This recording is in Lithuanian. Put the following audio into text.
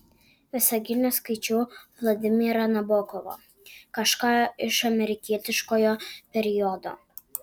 visagine skaičiau vladimirą nabokovą kažką iš amerikietiškojo periodo